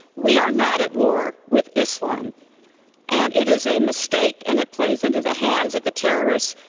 we are not at war with islam and it is a mistake, and it plays into the hands of the terrorists,